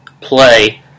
play